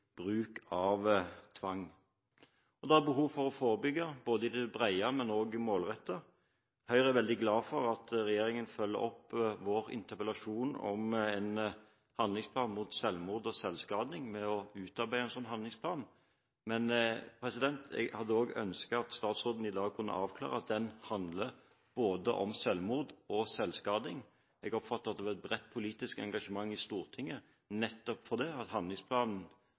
bruk av tvang. Det er behov for å forebygge bredt, men også målrettet. Høyre er veldig glad for at regjeringen følger opp vår interpellasjon om en handlingsplan mot selvmord og selvskading ved å utarbeide en slik handlingsplan, men jeg hadde også ønsket at statsråden i dag kunne avklare om den handler om både selvmord og selvskading. Jeg oppfatter at det er et bredt politisk engasjement i Stortinget nettopp for det, og at handlingsplanen